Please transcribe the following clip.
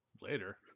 later